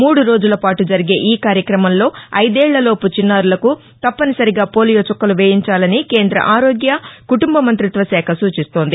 మూడు రోజులపాటు జరిగే ఈ కార్యక్రమంలో ఐదేళ్లలోపు చిన్నారులకు తప్పనిసరిగా పోలియో చుక్కలు వేయించాలని కేంద్ర ఆరోగ్య కుటుంబ మంత్రిత్వ శాఖ సూచిస్తోంది